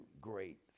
great